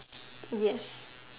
yes